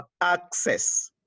access